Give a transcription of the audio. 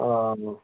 ओ